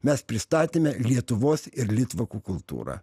mes pristatėme lietuvos ir litvakų kultūrą